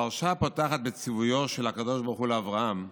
הפרשה פותחת בציווי של הקדוש ברוך הוא לאברהם,